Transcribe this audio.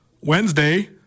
Wednesday